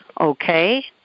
Okay